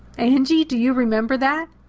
angie, do you remember that?